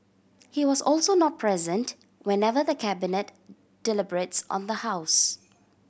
he was also not present whenever the Cabinet deliberates on the house